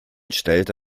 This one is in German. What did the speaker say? stellte